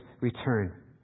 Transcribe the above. return